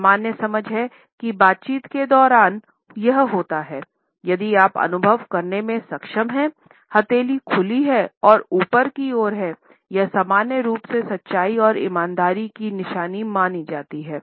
सामान्य समझ है कि बातचीत के दौरान होता है यदि आप अनुभव करने में सक्षम हैं हथेली खुली हैं और ऊपर की ओर हैं यह सामान्य रूप से सच्चाई और ईमानदारी की निशानी मानी जाती है